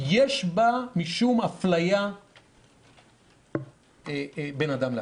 יש בה משום אפליה בין אדם לאדם.